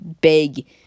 big